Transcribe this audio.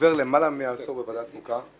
חבר למעלה מעשור בוועדת החוקה,